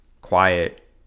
quiet